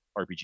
RPG